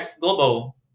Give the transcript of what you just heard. global